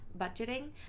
budgeting